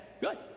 good